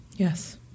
Yes